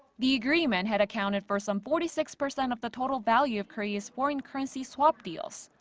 the agreement had accounted for some forty six percent of the total value of korea's foreign currency swap deals.